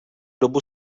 dobu